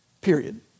Period